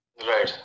Right